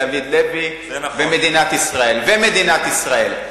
דוד לוי ומדינת ישראל.